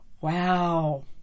wow